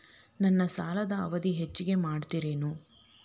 ನನ್ನ ಸಾಲದ ಅವಧಿ ಹೆಚ್ಚಿಗೆ ಮಾಡ್ತಿರೇನು?